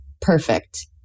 Perfect